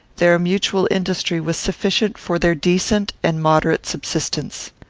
their mutual industry was sufficient for their decent and moderate subsistence.